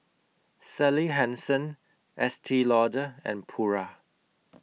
Sally Hansen Estee Lauder and Pura